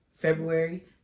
february